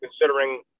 considering